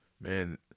man